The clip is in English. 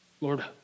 Lord